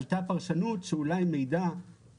הצבעה סעיף 85(56) אושר מי בעד